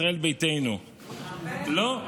ישראל ביתנו, לא,